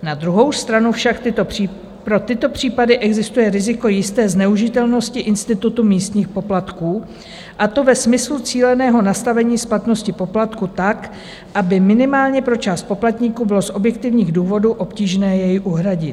Na druhou stranu však pro tyto případy existuje riziko jisté zneužitelnosti institutu místních poplatků, a to ve smyslu cíleného nastavení splatnosti poplatku tak, aby minimálně pro část poplatníků bylo z objektivních důvodů obtížné jej uhradit.